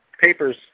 papers